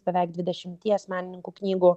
beveik dvidešimties menininkų knygų